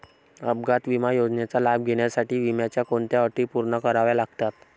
अपघात विमा योजनेचा लाभ घेण्यासाठी विम्याच्या कोणत्या अटी पूर्ण कराव्या लागतात?